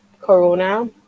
Corona